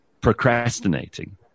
procrastinating